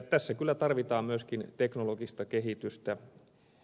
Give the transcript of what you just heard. tässä kyllä tarvitaan myöskin teknologista kehitystä